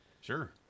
Sure